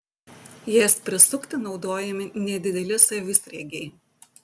jas prisukti naudojami nedideli savisriegiai